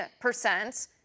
percent